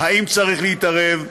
אם צריך להתערב,